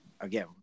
again